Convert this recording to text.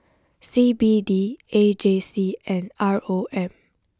C B D A J C and R O M